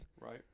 Right